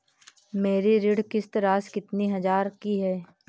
मेरी ऋण किश्त राशि कितनी हजार की है?